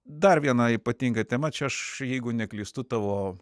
dar viena ypatinga tema čia aš jeigu neklystu tavo